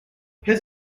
his